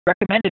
recommended